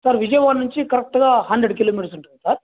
sir Vijayawada నుంచి కరెక్టుగా hundred kilometres ఉంటుంది సార్